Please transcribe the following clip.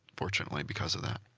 fortunately, because of that.